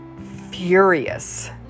furious